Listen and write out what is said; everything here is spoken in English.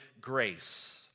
grace